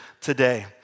today